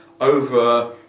over